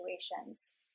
situations